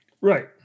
Right